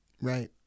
Right